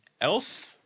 else